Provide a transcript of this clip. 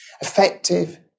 Effective